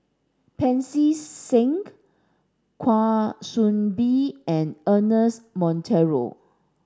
Pancy Seng Kwa Soon Bee and Ernest Monteiro